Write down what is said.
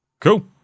Cool